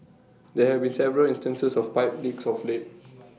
there have been several instances of pipe leaks of late